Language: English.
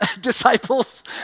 disciples